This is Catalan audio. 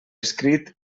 escrit